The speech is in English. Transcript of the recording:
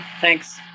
Thanks